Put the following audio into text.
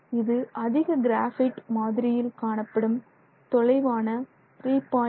இது அதிக கிராஃபைட் மாதிரியில் காணப்படும் தொலைவான 3